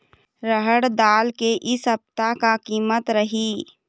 रहड़ दाल के इ सप्ता का कीमत रही?